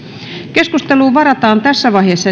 keskusteluun varataan tässä vaiheessa